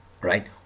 Right